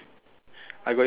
I go and compete lor